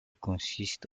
consists